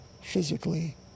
physically